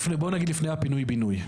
בוא נגיד, לפני הפינוי בינוי.